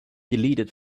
deleted